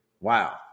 Wow